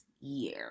year